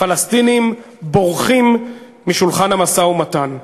הפלסטינים בורחים משולחן המשא-ומתן.